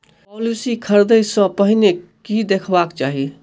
Policy खरीदै सँ पहिने की देखबाक चाहि?